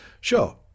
sure